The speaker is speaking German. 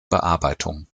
bearbeitung